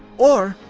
or,